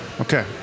Okay